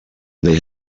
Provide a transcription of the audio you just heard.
they